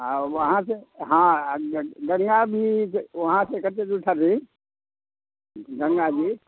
हँ वहाँ से हँ आओर डढ़िआ ब्रीज वहाँसँ कत्ते दूर छथिन गंगा ब्रीज